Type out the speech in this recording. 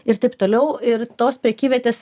ir taip toiau ir tos prekyvietės